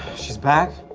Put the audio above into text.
she's back?